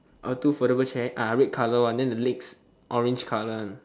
uh two foldable chair ah red colour one then the legs orange colour one